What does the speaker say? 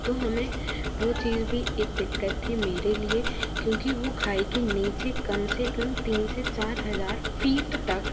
तो हमें वह चीज़ भी एक दिक्कत थी मेरे लिए क्योंकि वह खाई के नीचे कम से कम तीन से चार हज़ार फीट तक